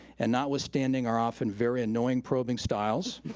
and not withstanding our often very annoying probing styles,